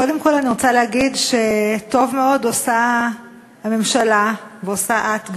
קודם כול אני רוצה להגיד שטוב מאוד עושה הממשלה ועושה את,